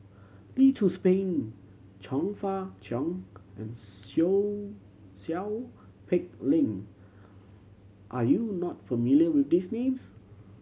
Lee Tzu Pheng Chong Fah Cheong and Seow Peck Leng are you not familiar with these names